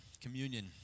communion